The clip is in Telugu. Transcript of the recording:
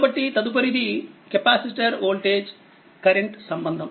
కాబట్టి తదుపరిది కెపాసిటర్ వోల్టేజ్ కరెంట్ సంబంధం